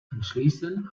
anschließend